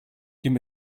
give